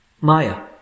Maya